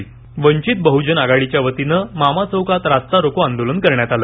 तर वंचित बहुजन आघाडीच्यवतीनं मामा चौकात रास्ता रोको आंदोलन करण्यात आलं